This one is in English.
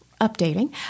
updating